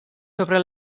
sobre